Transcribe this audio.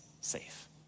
safe